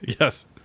Yes